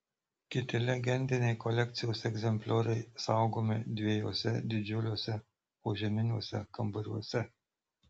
kiti legendiniai kolekcijos egzemplioriai saugomi dviejuose didžiuliuose požeminiuose kambariuose